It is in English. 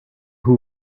who